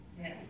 Yes